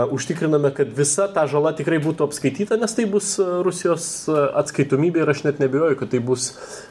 užtikriname kad visa ta žala tikrai būtų apskaityta nes tai bus rusijos atskaitomybė ir aš net neabejoju kad tai bus